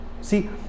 See